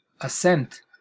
assent